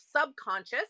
subconscious